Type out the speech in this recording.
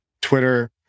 Twitter